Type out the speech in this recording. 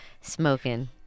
smoking